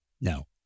No